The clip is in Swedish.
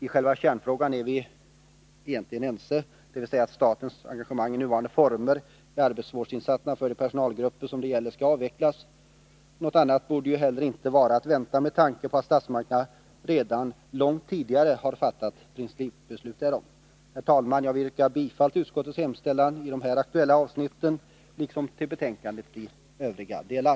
I själva kärnfrågan är vi egentligen ense, dvs. att statens engagemang i nuvarande former i arbetsvårdsinsatserna för de personalgrupper det här gäller skall avvecklas. Något annat borde ju inte heller vara att vänta med tanke på att statsmakterna redan långt tidigare har fattat principbeslut härom. Herr talman! Jag vill yrka bifall till utskottets hemställan i de här aktuella avsnitten, liksom till hemställan i betänkandets övriga delar.